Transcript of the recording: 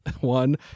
one